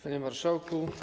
Panie Marszałku!